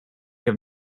have